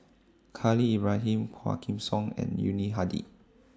Khalil Ibrahim Quah Kim Song and Yuni Hadi